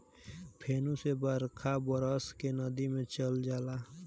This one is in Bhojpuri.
फेनू से बरखा बरस के नदी मे चल जाला